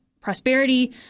prosperity